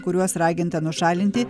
kuriuos raginta nušalinti